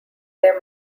their